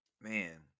Man